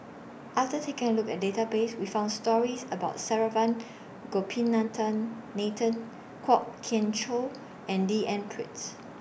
after taking A Look At The Database We found stories about Saravanan Gopinathan Kwok Kian Chow and D N Pritt